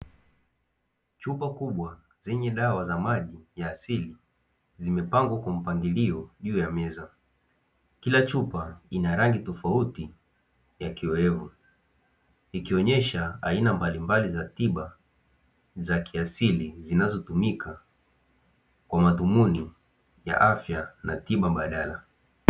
Chupa kubwa zenye dawa za maji ya asili, zimepangwa kwa mpangilio juu ya meza, kila chupa ina rangi tofauti ya kioevu, ikionyesha aina mbalimbali za tiba za kiasili, zinazotumika kwa madhumuni ya afya na tiba mbadala.